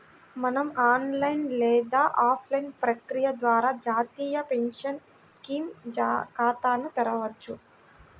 మనం ఆన్లైన్ లేదా ఆఫ్లైన్ ప్రక్రియ ద్వారా జాతీయ పెన్షన్ స్కీమ్ ఖాతాను తెరవొచ్చు